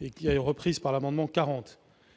et qui a été reprise par l'amendement n°